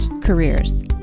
careers